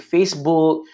Facebook